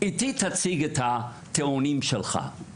איתי תציג את הטיעונים שלך".